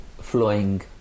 flowing